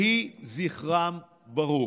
יהי זכרם ברוך.